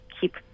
keep